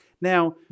Now